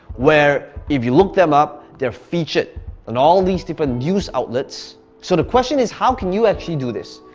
where if you look them up, they're featured on all these different ah news outlets. so the question is, how can you actually do this?